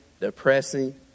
depressing